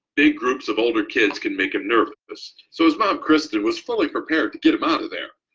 big groups of older kids can make him nervous, so his mom kristen was fully prepared to get him out of there.